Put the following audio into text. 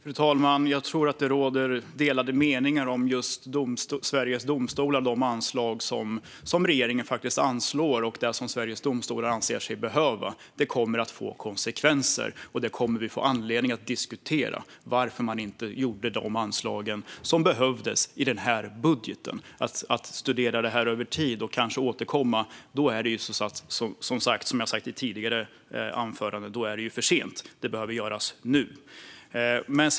Fru talman! Jag tror att det råder delade meningar om just Sveriges Domstolar - om de anslag som regeringen faktiskt anslår och det som Sveriges Domstolar anser sig behöva. Det kommer att få konsekvenser, och vi kommer att få anledning att diskutera varför man inte tillförde de anslag som behövdes i denna budget. Om man säger att man ska studera detta över tid och kanske återkomma, då är det för sent, som jag har sagt i tidigare anförande. Detta behöver göras nu.